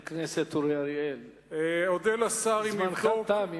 חבר הכנסת אורי אריאל, זמנך תם.